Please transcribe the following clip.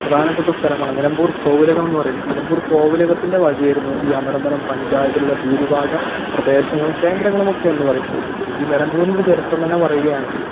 പ്രധാനപ്പെട്ട ഒരു സ്ഥലമാണ് നിലമ്പൂര് കോവിലകമെന്ന് പറയുന്നത് നിലമ്പൂര് കോവിലകത്തിന്റെ വകയായിരുന്നു ഈ അമരമ്പലം പഞ്ചായത്തിലുള്ള ഭൂരിഭാഗ പ്രദേശങ്ങളും കേന്ദ്രങ്ങളുമൊക്കെ എന്ന് പറയുന്നത് ഈ നിലമ്പൂരിന്റെ ഒരു ചരിത്രം തന്നെ പറയുകയാണെങ്കിൽ